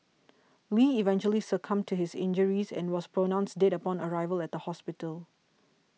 lee eventually succumbed to his injuries and was pronounced dead upon arrival at the hospital